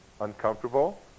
uncomfortable